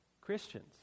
Christians